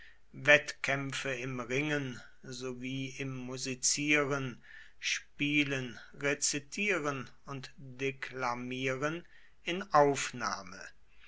wettkämpfe im ringen sowie im musizieren spielen rezitieren und deklamieren in aufnahme